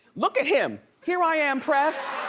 look at him. here i am, press.